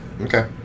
Okay